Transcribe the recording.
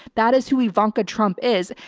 that is who ivanka trump is.